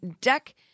deck